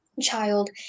child